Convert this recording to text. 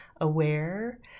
aware